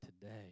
today